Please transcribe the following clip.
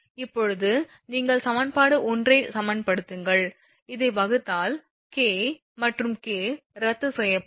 இப்போது நீங்கள் சமன்பாடு 1 ஐ சமன்படுத்துங்கள் இதை வகுத்தால் K மற்றும் K ரத்து செய்யப்படும்